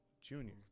junior